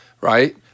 right